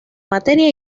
materia